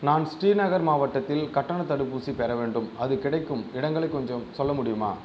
நான் ஸ்ரீநகர் மாவட்டத்தில் கட்டணத் தடுப்பூசி பெற வேண்டும் அது கிடைக்கும் இடங்களை கொஞ்சம் சொல்ல முடியுமா